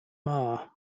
marr